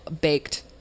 baked